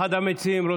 אחד המציעים.